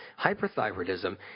Hyperthyroidism